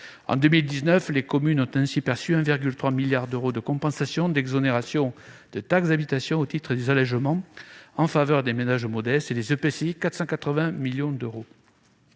En 2019, les communes ont ainsi perçu 1,3 milliard d'euros de compensations d'exonération de taxe d'habitation au titre des allégements en faveur des ménages modestes et les établissements